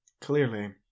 Clearly